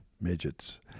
midgets